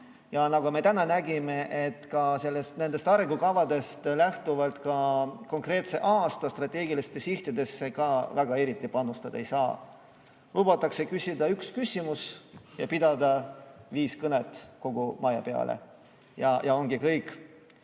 Ja nagu me täna nägime, nendest arengukavadest lähtuvalt [me] ka konkreetse aasta strateegilistesse sihtidesse eriti panustada ei saa. Lubatakse küsida üks küsimus ja pidada viis kõnet kogu maja peale. Ja ongi kõik.